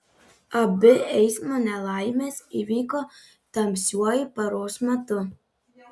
abi eismo nelaimės įvyko tamsiuoju paros metu